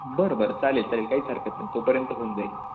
बरं बरं चालेल चालेल काहीच हरकत नाही तोपर्यंत होऊन जाईल